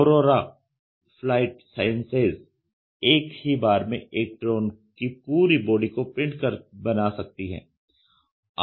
aurora Flight Sciences एक ही बार में एक ड्रोन की पूरी बॉडी को प्रिंट कर बना सकती हैं